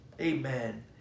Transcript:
Amen